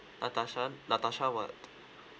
natasha natasha what